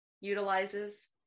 utilizes